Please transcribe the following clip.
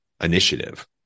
initiative